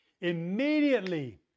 Immediately